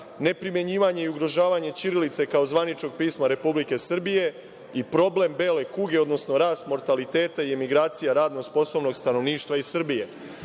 neprimenjivanje i ugrožavanje ćirilice kao zvaničnog pisma Republike Srbije i problem bele kuge, odnosno rast mortaliteta i emigracija radno sposobnog stanovništva iz Srbije. Dakle,